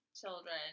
children